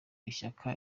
ishyaka